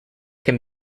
can